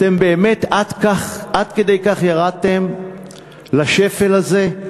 אתם באמת עד כדי כך ירדתם לשפל הזה?